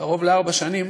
קרוב לארבע שנים